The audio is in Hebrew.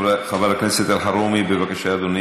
לפחות לקרוא אני יודעת.